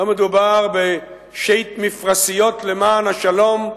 לא מדובר בשיט מפרשיות למען השלום,